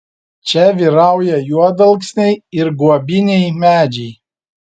čia vyrauja juodalksniai ir guobiniai medžiai